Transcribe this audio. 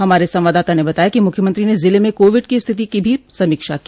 हमारे संवाददाता ने बताया कि मुख्यमंत्री ने जिले में कोविड की स्थिति की भी समीक्षा की